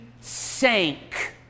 sank